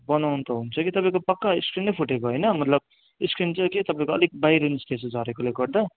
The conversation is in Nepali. बनाउनु त हुन्छ कि तपाईँको पक्का स्क्रिन नै फुटेको होइन मतलब स्क्रिन चाहिँ के तपाईँको अलिक बाहिर निस्केको छ झरेकोले गर्दा